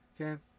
okay